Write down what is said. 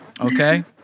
Okay